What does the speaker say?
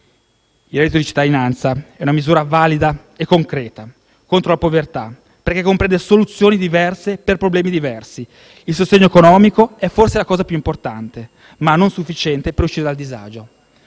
Il reddito di cittadinanza è una misura valida e concreta contro la povertà perché comprende soluzioni diverse per problemi diversi: il sostegno economico è forse la cosa più importante, ma non sufficiente per uscire dal disagio.